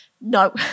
No